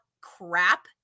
crap